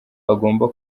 agomba